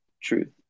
truth